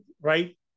right